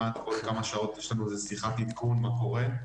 כל כמה שעות יש לנו איזה שיחת עדכון, מה קורה.